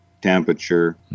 temperature